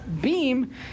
beam